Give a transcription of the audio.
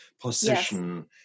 position